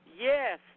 yes